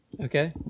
okay